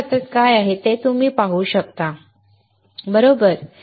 माझ्या हातात काय आहे ते तुम्ही पाहू शकता बरोबर